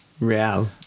Real